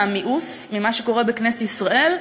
המיאוס ממה שקורה בכנסת ישראל,